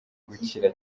gukira